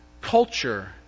culture